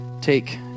take